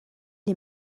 est